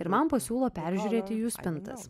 ir man pasiūlo peržiūrėti jų spintas